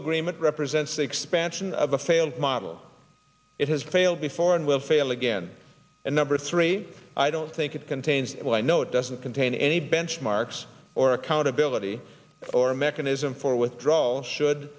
represents the expansion of a failed model it has failed before and will fail again and number three i don't think it contains what i know it doesn't contain any benchmarks or accountability or a mechanism for withdrawal should